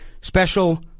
special